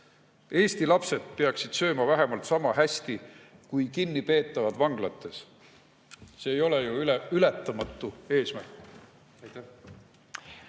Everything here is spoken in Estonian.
Eesti lapsed peaksid sööma vähemalt sama hästi kui kinnipeetavad vanglates. See ei ole ju ületamatu eesmärk.